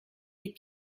les